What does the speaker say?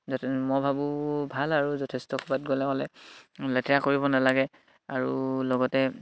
মই ভাবোঁ ভাল আৰু যথেষ্ট ক'ৰবাত গ'লে হ'লে লেতেৰা কৰিব নালাগে আৰু লগতে